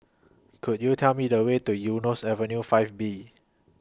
Could YOU Tell Me The Way to Eunos Avenue five B